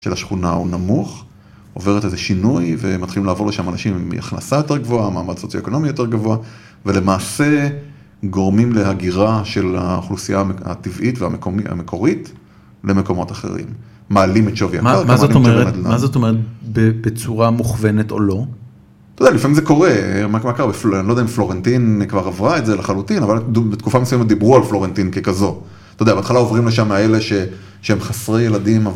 של השכונה הוא נמוך, עוברת איזה שינוי, ומתחילים לעבור לשם אנשים עם הכנסה יותר גבוהה, מעמד סוציו-אקונומי יותר גבוה, ולמעשה גורמים להגירה של האוכלוסייה הטבעית והמקורית למקומות אחרים. מעלים את שווי המס. מה זאת אומרת בצורה מוכוונת או לא? אתה יודע, לפעמים זה קורה. מה קרה? אני לא יודע אם פלורנטין כבר עברה את זה לחלוטין, אבל בתקופה מסוימת דיברו על פלורנטין ככזו. אתה יודע, בהתחלה עוברים לשם האלה שהם חסרי ילדים.